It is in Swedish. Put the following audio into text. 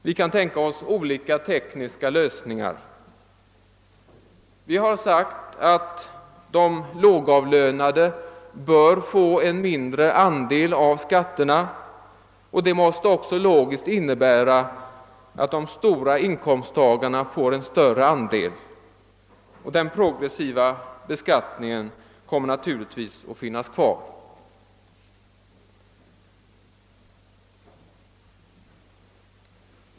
Vi kan tänka oss olika tekniska lösningar. Men vi har sagt att de lågavlönade bör få en mindre andel av skatterna. Det måste också logiskt innebära att de stora inkomsttagarna får en större andel. Den progressiva beskattningen kommer naturligtvis att bestå.